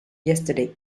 yesterday